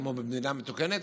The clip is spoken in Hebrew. כמו במדינה מתוקנת,